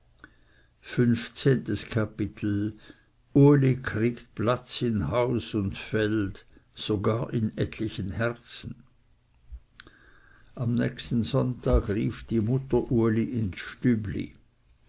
fünfzehntes kapitel uli kriegt platz in haus und feld sogar in etlichen herzen am nächsten sonntag rief die mutter uli ins stübli